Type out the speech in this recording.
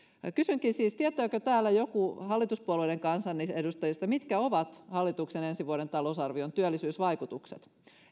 kysynkin siis tietääkö täällä joku hallituspuolueiden kansanedustajista mitkä ovat hallituksen ensi vuoden talousarvion työllisyysvaikutukset